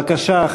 בבקשה,